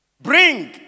Bring